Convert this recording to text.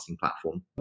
platform